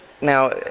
Now